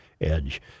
edge